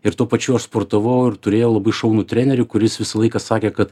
ir tuo pačiu aš sportavau ir turėjau labai šaunų trenerį kuris visą laiką sakė kad